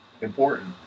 important